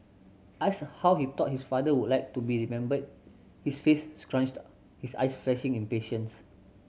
asked how he thought his father would like to be remembered his face scrunched up his eyes flashing impatience